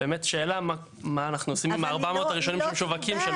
באמת השאלה מה אנחנו עושים עם ה-400 הראשונים שמשווקים.